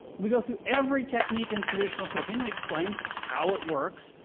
we go through every technique in traditional cooking. we explain how it works,